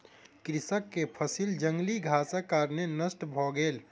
कृषक के फसिल जंगली घासक कारणेँ नष्ट भ गेल